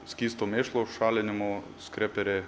skysto mėšlo šalinimo skreperiai